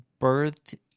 birthed